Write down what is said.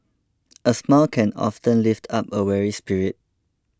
a smile can often lift up a weary spirit